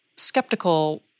skeptical